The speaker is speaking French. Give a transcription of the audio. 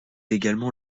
également